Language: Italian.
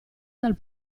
dal